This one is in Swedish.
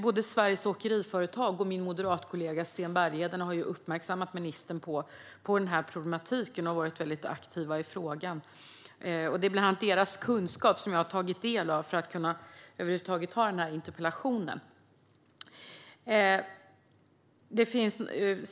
Både Sveriges Åkeriföretag och min moderatkollega Sten Bergheden har ju uppmärksammat ministern på problematiken och varit väldigt aktiva i frågan, och det är bland annat deras kunskap som jag har tagit del av för att över huvud taget kunna ha den här interpellationsdebatten.